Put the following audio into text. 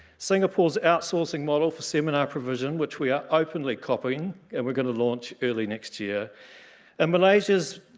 singapore's outsourcing model for seminar provision which we are openly copying and we're going to launch early next year and malaysia's.